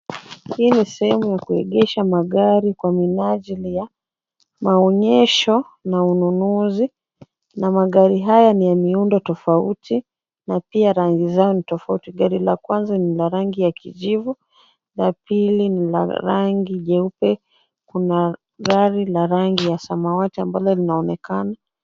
Hii ni sehemu ya kuegesha magari kwa minajili ya maonyesho na ununuzi na magari haya ni ya miundo tofauti na pia rangi zao ni tofauti. Gari la kwanza ni la rangi ya kijivu la pili ni la rangi jeupe kuna gari la rangi ya samawati ambalo linaonekana.